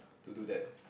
to do that